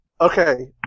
Okay